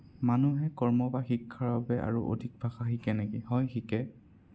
মানুহে কৰ্ম বা শিক্ষাৰ বাবে আৰু অধিক ভাষা শিকে নেকি হয় শিকে